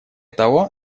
того